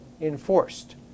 enforced